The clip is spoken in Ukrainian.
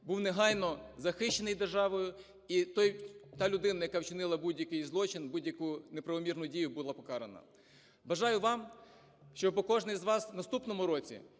був негайно захищений державою, і та людина, яка вчинила будь-який злочин, будь-яку неправомірну дію, була покарана. Бажаю вам, щоби кожен з вас у наступному році